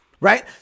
right